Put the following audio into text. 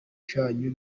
cyanyu